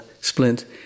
splint